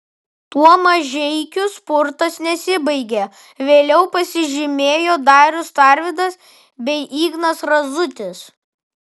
tuo mažeikių spurtas nesibaigė vėliau pasižymėjo darius tarvydas bei ignas razutis